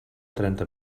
trenta